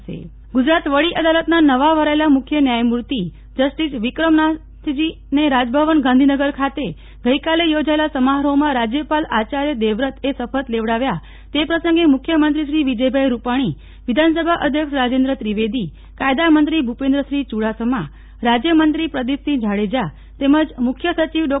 નેહલ ઠક્કર વડી અદલાત મુખ્ય ન્યાયમૂતિ ગુજરાત વડી અદાલતના નવા વરાયેલા મુખ્ય ન્યામૂર્તિ જસ્ટિસ વિક્રમનાથજી ને રાજભવન ગાંધીનગર ખાતે ગઈકાલે યોજાયેલા સમારોહમાં રાજયપાલ આચાર્ય દેવવ્રત એ શપથ લેવડાવ્યા તે પ્રસંગે મુખ્મંત્રીશ્રી વિજયભાઈ રૂપાણી વિધાન સભા અધ્યક્ષ રાજેન્દ્ર ત્રિવેદી કાયદા મંત્રી ભૂપેન્દ્રસિંહ ચુડાસમા રાજ્ય મંત્રી પ્રદીપસિંહ જાડેજા તેમજ મુખ્ય સચિવ ડો